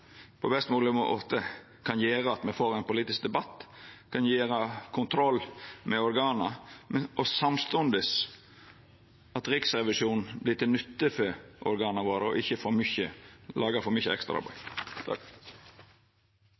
på best mogleg måte kan gjera at me får ein politisk debatt, kan føra kontroll med organ og samstundes vera til nytte for organa våre og ikkje laga for mykje